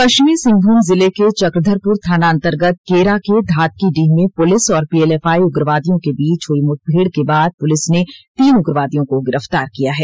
पश्चिमी सिंहभूम जिले के चक्रधरपुर थाना अंतर्गत केरा के धातकीडीह में पुलिस और पीएलएफआई उग्रवादियों के बीच हई मुठभेड़ के बाद पुलिस ने तीन उग्रवादियों को गिरफ्तार किया है